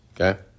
okay